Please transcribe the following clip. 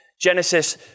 Genesis